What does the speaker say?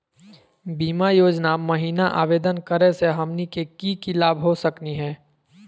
बीमा योजना महिना आवेदन करै स हमनी के की की लाभ हो सकनी हे?